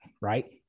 right